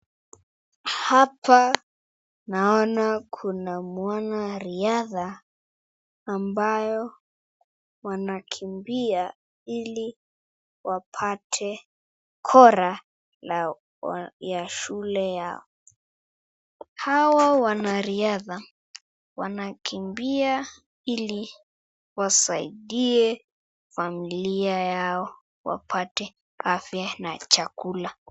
Hapa naona kuna mwanariadha ambayo wanakimbia ili wapate kora ya shule yao. Hawa wanariadha wanakimbia ili wasaidie familia yao wapate afya na chakula.